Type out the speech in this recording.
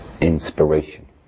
inspiration